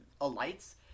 alights